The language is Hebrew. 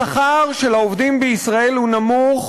השכר של העובדים בישראל הוא נמוך,